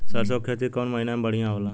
सरसों के खेती कौन महीना में बढ़िया होला?